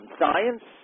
science